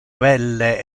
belle